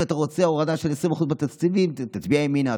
אם אתה רוצה הורדה של 20% בתקציבים, תצביע ימינה.